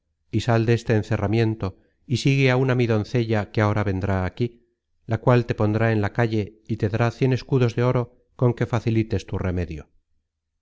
y sal de ese encerramiento y sigue á una mi don content from google book search generated at cella que ahora vendrá aquí la cual te pondrá en la calle y te dará cien escudos de oro con que facilites tu remedio